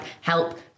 help